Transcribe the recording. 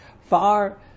far